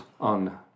on